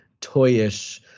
toyish